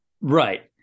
Right